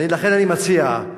לכן אני מציע,